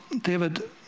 David